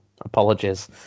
apologies